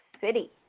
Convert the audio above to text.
City